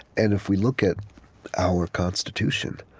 and if we look at our constitution,